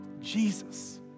Jesus